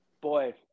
boy